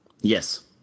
Yes